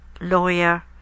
lawyer